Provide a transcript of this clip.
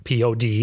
pod